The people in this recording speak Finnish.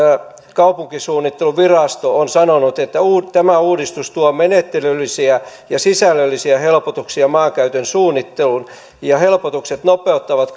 kaupunkisuunnitteluvirasto on sanonut että tämä uudistus tuo menettelyllisiä ja sisällöllisiä helpotuksia maankäytön suunnitteluun ja helpotukset nopeuttavat